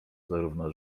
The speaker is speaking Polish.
zarówno